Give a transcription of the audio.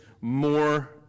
more